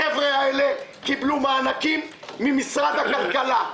החבר'ה האלה קיבלו מענקים ממשרד הכלכלה.